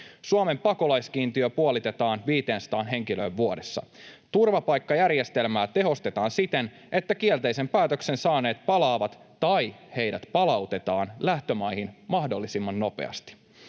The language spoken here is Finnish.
Suomen pakolaiskiintiö puolitetaan 500 henkilöön vuodessa. Turvapaikkajärjestelmää tehostetaan siten, että kielteisen päätöksen saaneet palaavat tai heidät palautetaan lähtömaihin mahdollisimman nopeasti.